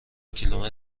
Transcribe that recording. کیلومتر